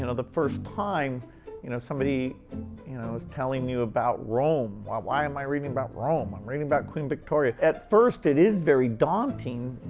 and the first time you know somebody you know is telling you about rome. why why am i reading about rome, i'm reading about queen victoria. at first it is very daunting.